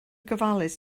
gofalus